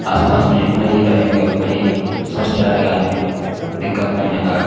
आस पास में जितना ही रहेगे उतना ही स्वस्थ रहेगा आदमी दिक्कत नहीं होगा